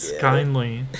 Kindly